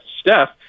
steph